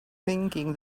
thinking